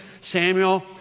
Samuel